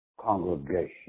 congregation